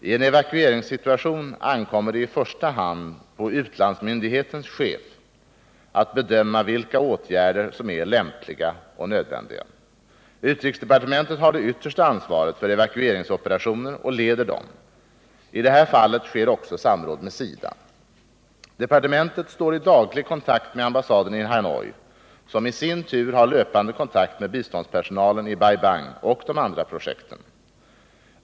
I en evakueringssituation ankommer det i första hand på utlandsmyndighetens chef att bedöma vilka åtgärder som är lämpliga och nödvändiga. Utrikesdepartementet har det yttersta ansvaret för evakueringsoperationer och leder dem. I det här fallet sker också samråd med SIDA. Departementet står i daglig kontakt med ambassaden i Hanoi, som i sin tur har löpande kontakt med biståndspersonalen i Bai Bang och de andra projekten.